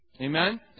Amen